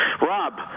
Rob